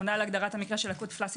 עונה על הגדרת המקרה של שיתוק רף